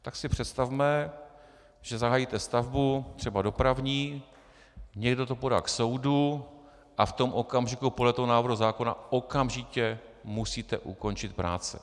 Tak si představme, že zahájíte stavbu, třeba dopravní, někdo to podá k soudu, a v tom okamžiku podle návrhu zákona okamžitě musíte ukončit práci.